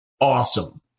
Awesome